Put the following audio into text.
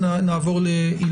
אסביר.